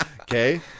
Okay